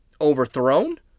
overthrown